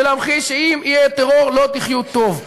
ולהמחיש שאם יהיה טרור לא תחיו טוב.